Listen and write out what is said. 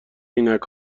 عینک